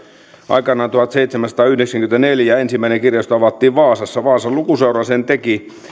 aikanaan tuhatseitsemänsataayhdeksänkymmentäneljä ensimmäinen kirjasto avattiin vaasassa vaasan lukuseura sen teki ja